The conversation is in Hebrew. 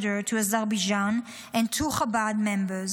to Azerbaijan and two Chabad members,